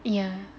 it's !wah! ya